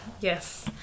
Yes